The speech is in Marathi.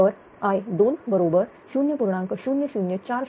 तर i2 बरोबर 0